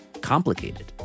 complicated